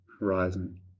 horizon